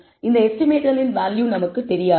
இந்த எஸ்டிமேட்களின் வேல்யூ நமக்கு தெரியாது